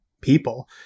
people